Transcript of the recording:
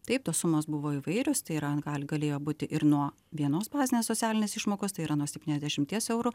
taip tos sumos buvo įvairios tai yra gali galėjo būti ir nuo vienos bazinės socialinės išmokos tai yra nuo septyniasdešimies eurų